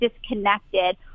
disconnected